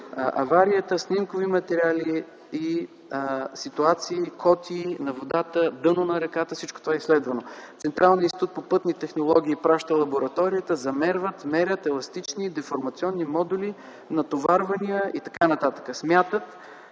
аварията, снимкови материали и ситуации, коти на водата, дъно на реката. Всичко това е изследвано. Централният институт по пътни технологии праща лабораторията – замерват, мерят еластични, деформационни модули, натоварвания и т.н. Смятат,